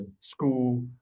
school